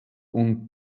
und